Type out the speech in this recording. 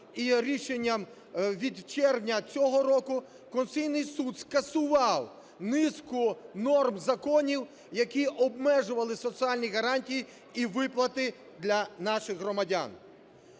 і рішенням від червня цього року Конституційний Суд скасував низку норм законів, які обмежували соціальні гарантії і виплати для наших громадян.